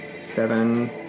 seven